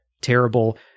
terrible